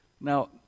now